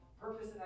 Purpose